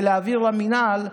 להעביר למינהל,